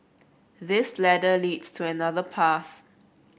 this ladder leads to another path